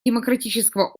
демократического